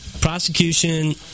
prosecution